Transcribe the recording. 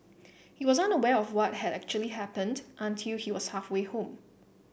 he was unaware of what had actually happened until he was halfway home